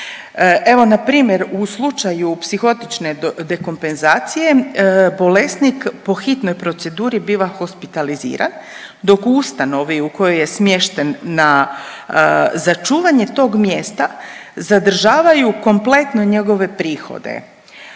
Evo npr. u slučaju psihotične dekompenzacije bolesnik po hitnoj proceduri biva hospitaliziran dok u ustanovi u kojoj je smješten na, za čuvanje tog mjesta zadržavaju kompletno njegove prihode.